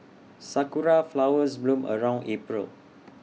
Sakura Flowers bloom around April